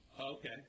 Okay